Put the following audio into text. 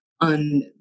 on